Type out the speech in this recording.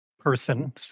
person